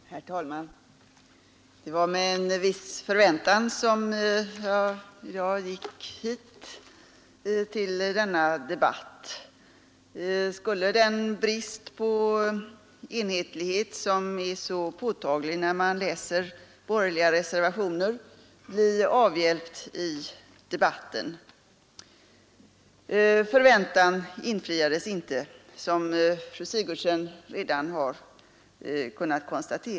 Herr talman! Det var med en viss förväntan som jag gick till denna debatt. Skulle den brist på enighet som är så påtaglig när man läser borgerliga reservationer bli avhjälpt under debatten? Som fru Sigurdsen redan kunnat konstatera infriades inte denna förväntan.